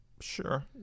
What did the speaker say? Sure